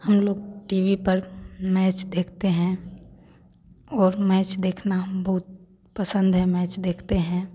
हम लोग TV पर मैच देखते हैं और मैच देखना हम बहुत पसंद है मैच देखते हैं